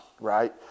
right